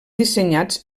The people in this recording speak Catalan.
dissenyats